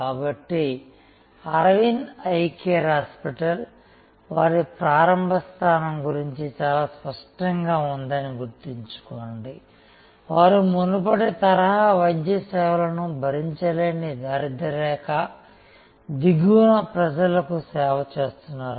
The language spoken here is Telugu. కాబట్టి అరవింద్ ఐ కేర్ హాస్పిటల్ వారి ప్రారంభ స్థానం గురించి చాలా స్పష్టంగా ఉందని గుర్తుంచుకోండి వారు మునుపటి తరహా వైద్య సేవలను భరించలేని దారిద్య్రరేఖ దిగువన ప్రజలకు సేవ చేస్తున్నారు